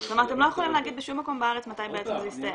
כלומר אתם לא יכולים להגיד בשום מקום בארץ מתי בעצם זה יסתיים?